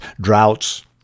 droughts